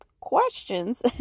questions